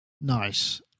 Nice